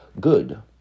Good